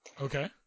Okay